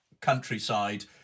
countryside